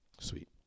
sweet